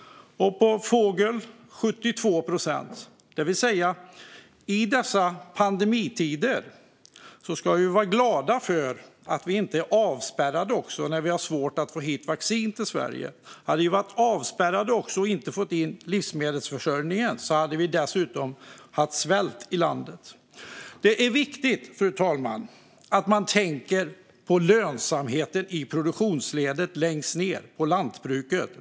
Och när det gäller fågel ligger vi på 72 procent. I dessa pandemitider, när vi har svårt att få vaccin till Sverige, ska vi alltså vara glada för att vi inte också är avspärrade. Om vi hade varit avspärrade och inte fått hjälp med livsmedelsförsörjningen hade vi dessutom haft svält i landet. Fru talman! Det är viktigt att man tänker på lönsamheten i produktionsledet längst ned, på lantbrukarna.